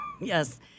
Yes